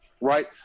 right